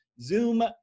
Zoom